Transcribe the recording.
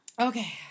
Okay